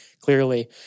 clearly